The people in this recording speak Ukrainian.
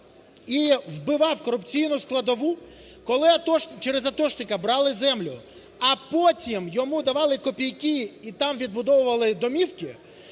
і вбивав корупційну складову, коли через атошника брали землю, а потім йому давали копійки і там відбудовували домівки,